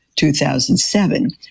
2007